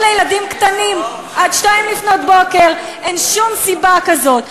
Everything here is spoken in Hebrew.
לילדים קטנים עד 02:00. אין שום סיבה כזאת.